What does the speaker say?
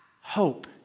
hope